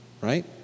right